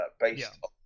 based